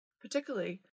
particularly